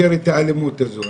בתנאי שנמגר את האלימות הזו.